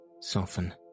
soften